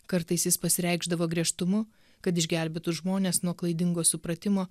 kartais jis pasireikšdavo griežtumu kad išgelbėtų žmones nuo klaidingo supratimo